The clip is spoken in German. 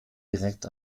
direkt